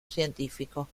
científico